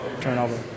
turnover